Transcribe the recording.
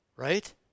right